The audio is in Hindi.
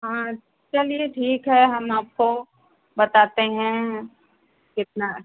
हाँ चलिए ठीक है हम आपको बताते हैं कितना